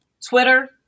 Twitter